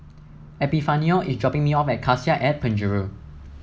Epifanio is dropping me off at Cassia at Penjuru